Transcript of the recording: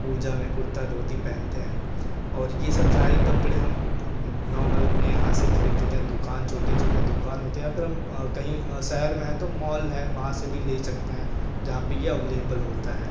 पूजा में कुर्ता धोती पहनते हैं और यह सब सारे कपड़े हम नॉर्मल अपने यहाँ से खरीद देते हैं दुकान छोटे छोटे दुकान होते हैं फ़िर हम कहीं शहर में है तो मॉल है वहाँ से भी ले सकते हैं जहाँ भी अवेलेबल होता है